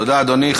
תודה, אדוני.